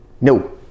No